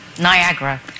Niagara